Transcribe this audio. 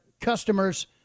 customers